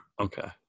Okay